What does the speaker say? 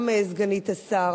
גם סגנית השר